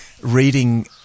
reading